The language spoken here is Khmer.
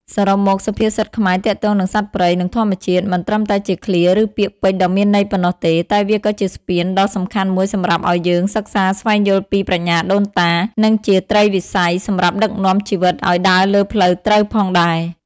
សរុបមក សុភាសិតខ្មែរទាក់ទងនឹងសត្វព្រៃ និងធម្មជាតិ មិនត្រឹមតែជាឃ្លា ឬ ពាក្យពេចន៍ដ៏មានន័យប៉ុណ្ណោះទេ តែវាក៏ជាស្ពានដ៏សំខាន់មួយសម្រាប់ឱ្យយើងសិក្សាស្វែងយល់ពីប្រាជ្ញាដូនតា និងជាត្រីវិស័យសម្រាប់ដឹកនាំជីវិតឱ្យដើរលើផ្លូវត្រូវផងដែរ។